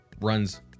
runs